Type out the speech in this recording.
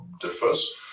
differs